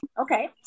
Okay